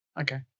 Okay